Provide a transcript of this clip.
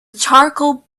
charcoal